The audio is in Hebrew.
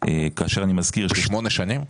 כאשר אני מזכיר -- שמונה שנים?